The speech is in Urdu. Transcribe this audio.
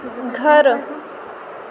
گھر